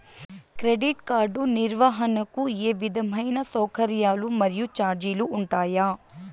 Credit card నిర్వహణకు ఏ విధమైన సౌకర్యాలు మరియు చార్జీలు ఉంటాయా?